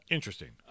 Interesting